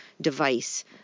device